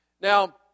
Now